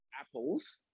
apples